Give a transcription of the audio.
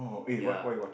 ya